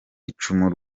icumu